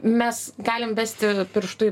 mes galim besti pirštu į